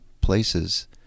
places